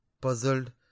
puzzled